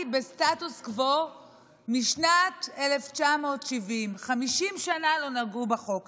בסטטוס קוו משנת 1970. 50 שנה לא נגעו בחוק הזה.